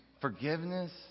Forgiveness